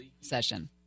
session